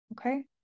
Okay